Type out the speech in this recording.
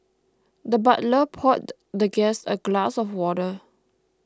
the butler poured the guest a glass of water